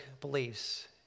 beliefs